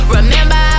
Remember